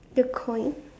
the coin